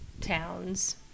towns